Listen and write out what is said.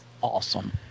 Awesome